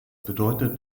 bedeutet